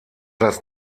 das